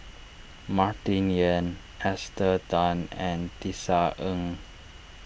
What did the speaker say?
Martin Yan Esther Tan and Tisa Ng